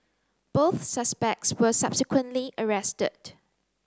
both suspects were subsequently arrested